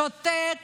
שותק